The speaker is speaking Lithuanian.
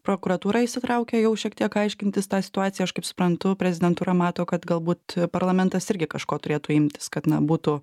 prokuratūra įsitraukė jau šiek tiek aiškintis tą situaciją aš kaip suprantu prezidentūra mato kad galbūt parlamentas irgi kažko turėtų imtis kad na būtų